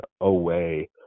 away